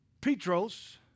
Petros